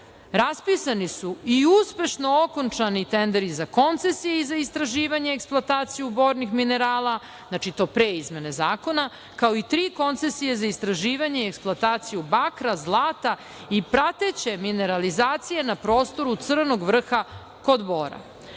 Raspisani su i uspešno okončani tenderi za koncesije i za istraživanje i eksploataciju bornih minerala, znači to pre izmene zakona, kao i tri koncesije za istraživanje eksploataciju bakra, zlata i prateće mineralizacije na prostoru Crnog vrha kod